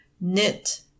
knit